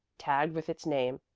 tagged with its name,